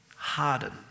hardened